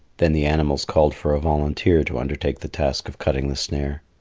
then the animals called for a volunteer to undertake the task of cutting the snare.